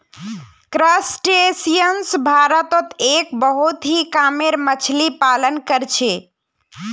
crustaceans भारतत एक बहुत ही कामेर मच्छ्ली पालन कर छे